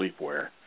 sleepwear